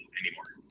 anymore